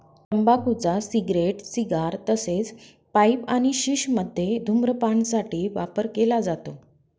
तंबाखूचा cigarette, cigar तसेच pipe आणि शिश मध्ये धूम्रपान साठी वापर केला जातो